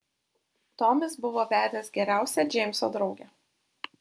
tomis buvo vedęs geriausią džeimso draugę